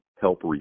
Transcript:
help